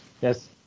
Yes